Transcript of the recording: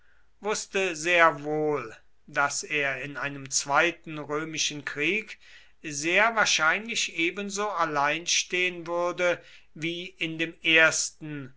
wußte sehr wohl daß er in einem zweiten römischen krieg sehr wahrscheinlich ebenso allein stehen würde wie in dem ersten